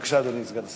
בבקשה, אדוני סגן השר.